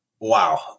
wow